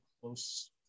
close